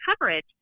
coverage